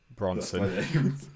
Bronson